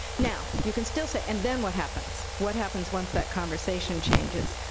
now, you can still say, and then what happens? what happens once that conversation changes?